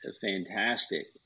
fantastic